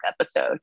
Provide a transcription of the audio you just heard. episode